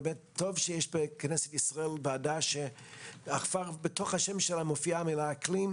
טוב שיש בכנסת ישראל ועדה שבתוך השם שלה מופיעה המילה אקלים,